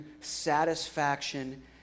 satisfaction